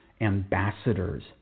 ambassadors